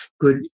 good